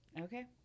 Okay